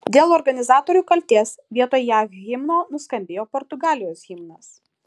dėl organizatorių kaltės vietoj jav himno nuskambėjo portugalijos himnas